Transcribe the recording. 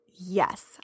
Yes